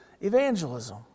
evangelism